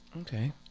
okay